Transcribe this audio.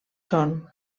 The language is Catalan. són